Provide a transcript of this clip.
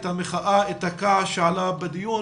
את המחאה ואת הכעס שעלה בדיון.